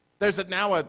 there's a now, ah